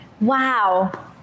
Wow